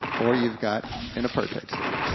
or you've got an apartheid state.